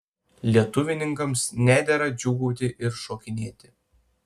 lietuvininkams nedera džiūgauti ir šokinėti